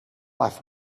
left